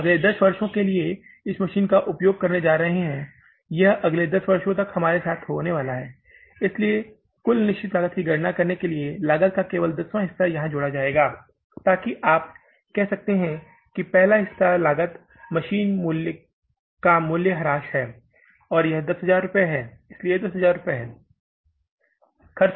आप अगले 10 वर्षों के लिए इस मशीन का उपयोग करने जा रहे हैं यह अगले 10 वर्षों तक हमारे साथ रहने वाला है इसलिए कुल निश्चित लागत की गणना करने के लिए लागत का केवल दसवाँ हिस्सा यहां जोड़ा जाएगा ताकि आप कह सकें कि पहला हिस्सा लागत मशीन का मूल्य ह्रास है यह 10000 रुपये है इसलिए यह 10000 रुपये है